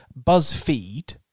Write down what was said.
BuzzFeed